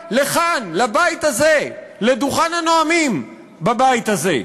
הגיעה לכאן, לבית הזה, לדוכן הנואמים בבית הזה.